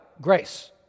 grace